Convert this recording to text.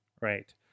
right